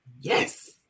Yes